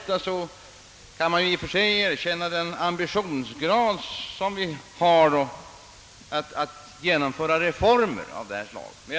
Man kan i och för sig erkänna den ambitionsgrad som visas när det gäller att genomföra reformer av olika slag.